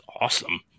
awesome